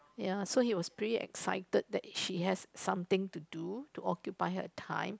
ya so he was pretty excited that she has something to do to occupy her time